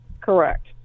correct